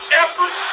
effort